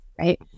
right